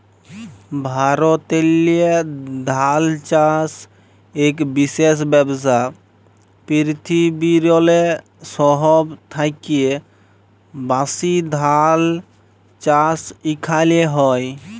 ভারতেল্লে ধাল চাষ ইক বিশেষ ব্যবসা, পিরথিবিরলে সহব থ্যাকে ব্যাশি ধাল চাষ ইখালে হয়